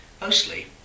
Mostly